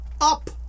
up